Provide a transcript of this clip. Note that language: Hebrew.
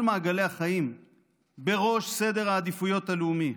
מעגלי החיים בראש סדר העדיפויות הלאומי.